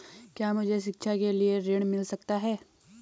क्या मुझे शिक्षा के लिए ऋण मिल सकता है?